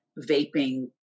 vaping